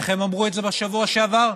איך הם אמרו בשבוע שעבר?